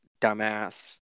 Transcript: dumbass